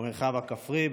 במרחב הכפרי,